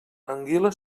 anguila